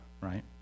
right